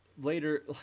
later